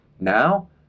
Now